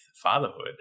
Fatherhood